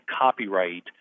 copyright